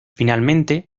finalmente